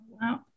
Wow